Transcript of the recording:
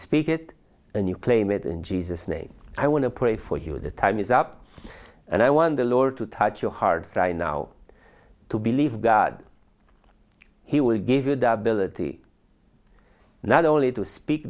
speak it and you claim it in jesus name i want to pray for you the time is up and i want the lord to touch your heart right now to believe god he will give you the ability not only to speak